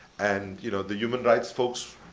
and you know the human rights folks,